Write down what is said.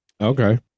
Okay